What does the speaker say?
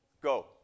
Go